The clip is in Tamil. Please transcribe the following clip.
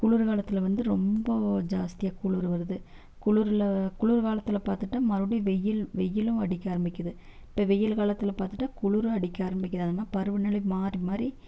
குளிர் காலத்தில் வந்து ரொம்ப ஜாஸ்தியாக குளிர் வருது குளூரில் குளிர் காலத்தில் பார்த்துட்டா மறுபடியும் வெயில் வெயிலும் அடிக்க ஆரமிக்குது இப்போ வெயில் காலத்தில் பார்த்துட்டா குளிரும் அடிக்க ஆரம்பிக்குது பருவநிலை மாறி மாறி